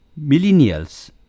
millennials